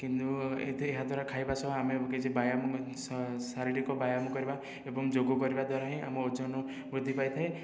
କିନ୍ତୁ ଏତେ ଏହାଦ୍ୱାରା ଖାଇବା ସହ ଆମେ ବି କିଛି ବ୍ୟାୟାମ କିଛି ଶାରୀରିକ ବ୍ୟାୟାମ କରିବା ଏବଂ ଯୋଗ କରିବା ଦ୍ୱାରା ହିଁ ଆମ ଓଜନ ବୃଦ୍ଧି ପାଇଥାଏ